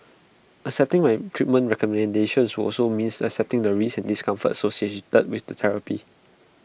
accepting my treatment recommendations would also means accepting the risks and discomfort associated with therapy